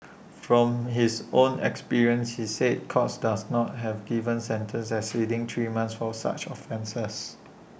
from his own experience he said courts dose not have given sentences exceeding three months for such offences